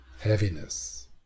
heaviness